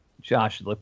Josh